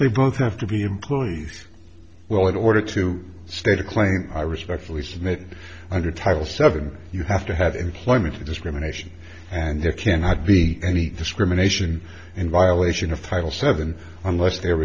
they both have to be employees well in order to state a claim i respectfully submit under title seven you have to have employment discrimination and there cannot be any discrimination and violation of title seven unless there